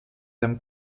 him